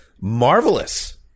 marvelous